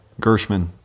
Gershman